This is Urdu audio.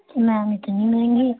میم اتنی مہنگی